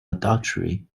adultery